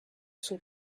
son